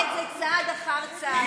ונעשה את זה, צעד אחר צעד.